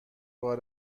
بار